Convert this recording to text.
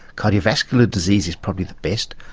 cardiovascular disease is probably the best.